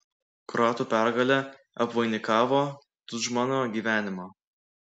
kroatų pergalė apvainikavo tudžmano gyvenimą